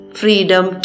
freedom